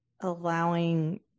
allowing